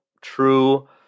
true